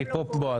נגיד פה בועז?